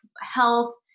health